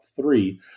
three